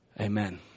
Amen